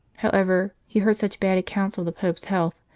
however, he heard such bad accounts of the pope s health,